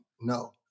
No